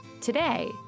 Today